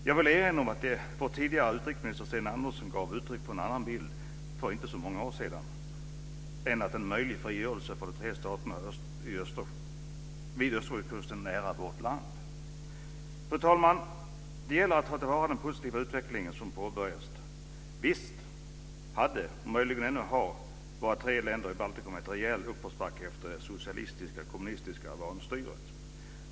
Jag vill erinra om att vår tidigare utrikesminister Sten Andersson gav uttryck för en annan bild än möjlig frigörelse för de tre staterna vid Östersjökusten nära vårt land, för inte så många år sedan. Fru talman! Det gäller nu att ta till vara den positiva utveckling som påbörjats. Visst hade våra tre länder i Baltikum en rejäl uppförsbacke efter det socialistiska/kommunistiska vanstyret, och möjligen har de det ännu.